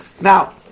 Now